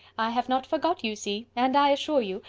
i have not forgot, you see and i assure you,